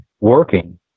working